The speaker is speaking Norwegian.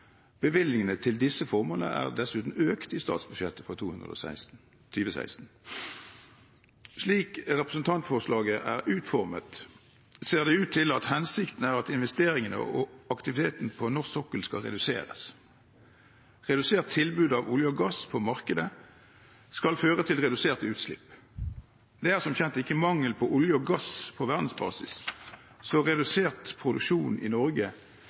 Bevilgningene til disse formålene er dessuten økt i statsbudsjettet for 2016. Slik representantforslaget er utformet, ser det ut til at hensikten er at investeringene og aktiviteten på norsk sokkel skal reduseres. Redusert tilbud av olje og gass på markedet skal føre til redusert utslipp. Det er som kjent ikke mangel på olje og gass på verdensbasis, så redusert produksjon i Norge